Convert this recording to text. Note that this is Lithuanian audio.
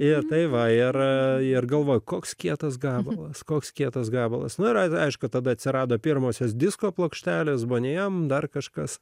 ir tai va ir galvoju koks kietas gabalas koks kietas gabalas na aišku tada atsirado pirmosios disko plokštelės žmonėms dar kažkas